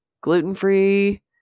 gluten-free